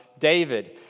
David